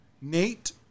Nate